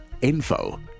info